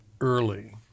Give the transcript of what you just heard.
Early